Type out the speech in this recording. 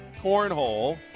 cornhole